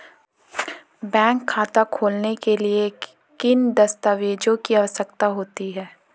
Bank खाता खोलने के लिए किन दस्तावेज़ों की आवश्यकता होती है?